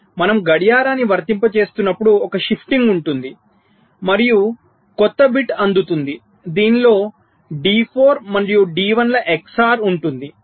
మనం గడియారాన్ని వర్తింపజేస్తున్నప్పుడు ఒక షిఫ్టింగ్ ఉంటుంది మరియు కొత్త బిట్ అందుతుంది దీనిలో డి4 మరియు డి1 ల XOR ఉంటుంది